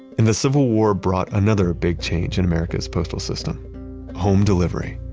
and the civil war brought another big change in america's postal system home delivery